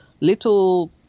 little